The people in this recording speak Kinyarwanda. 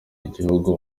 igihugu